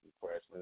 questions